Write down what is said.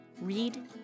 read